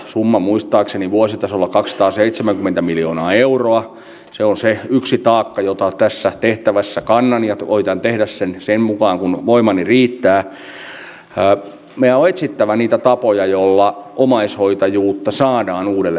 summa muistaaksenivuositasolla kaksisataaseitsemänkymmentä miljoonaa euroa valiokunta on se yksi taakka jota tässä tehtävässä kannan jota voidaan tehdä sen riemupaukun tästä huolissaan ja me on etsittävä niitä tapoja joilla omaishoitajuutta saadaan uudelle